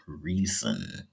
Reason